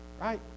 Right